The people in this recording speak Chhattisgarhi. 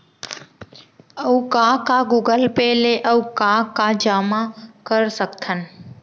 अऊ का का गूगल पे ले अऊ का का जामा कर सकथन?